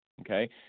okay